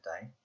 day